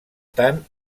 tant